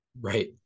Right